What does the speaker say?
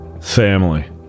family